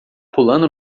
pulando